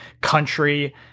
country